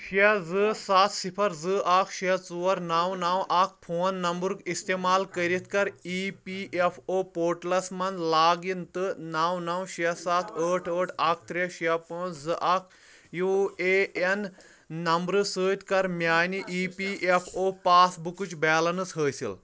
شےٚ زٕ سَتھ صِفر زٕ اکھ شےٚ ژور نو نو اکھ فون نمبرُک استعمال کٔرِتھ کر E P F O portals مَنٛز لاگ اِن تہٕ نو نو شےٚ سَتھ ٲٹھ ٲٹھ اکھ ترٛےٚ شےٚ پانٛژھ زٕ اکھ یوٗ اے این نمبرٕ سۭتۍ کر میانہِ E P F O pass بُکٕچ بیلنس حٲصِل